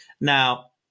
Now